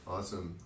Awesome